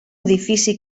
edifici